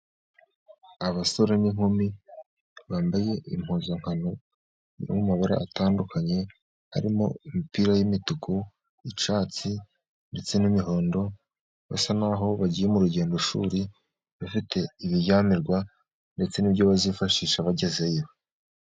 Abasore n’inkumi bambaye impuzankano mu mabara atandukanye, harimo imipira y’imituku, icyatsi ndetse n’imihondo, basa n’aho bagiye mu rugendoshuri, bafite ibiryamirwa ndetse n’ibyo bazifashisha bagezeyo.